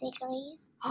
degrees